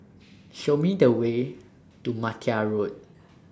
Show Me The Way to Martia Road